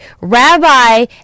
rabbi